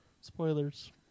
Spoilers